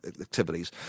activities